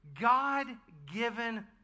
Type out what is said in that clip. God-given